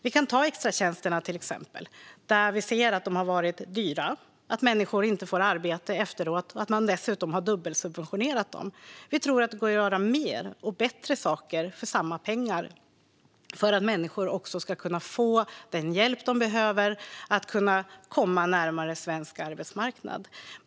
Vi kan till exempel ta extratjänsterna. Vi ser att de har varit dyra, att människor inte får arbete efteråt och att man dessutom har dubbelsubventionerat dem. Vi tror att det går att göra mer och bättre saker för samma pengar för att människor ska få den hjälp de behöver för att kunna komma närmare svensk arbetsmarknad.